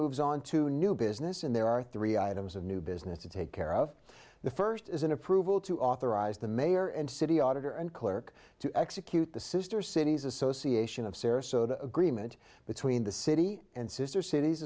moves on to new business and there are three items of new business to take care of the first is an approval to authorize the mayor and city auditor and clerk to execute the sister cities association of sarasota agreement between the city and sister cities